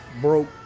broke